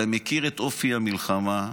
אתה מכיר את אופי המלחמה.